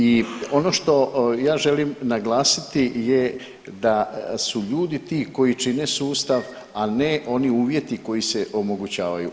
I ono što ja želim naglasiti je da su ljudi ti koji čine sustav, a ne oni uvjeti koji se omogućavaju.